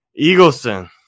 Eagleson